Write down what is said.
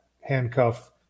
Handcuff